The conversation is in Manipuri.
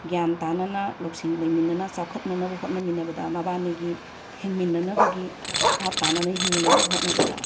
ꯒ꯭ꯌꯥꯟ ꯇꯥꯅꯅ ꯂꯧꯁꯤꯡ ꯂꯩꯃꯤꯟꯅꯅ ꯆꯥꯎꯈꯠꯅꯅꯕ ꯍꯣꯠꯅꯃꯤꯟꯅꯕꯗ ꯃꯕꯥꯅꯤꯒꯤ ꯍꯤꯡꯃꯤꯟꯅꯅꯕꯒꯤ ꯚꯥꯞ ꯇꯥꯅꯅ ꯍꯤꯡꯃꯤꯟꯅꯅꯕ ꯍꯣꯠꯅꯕꯗ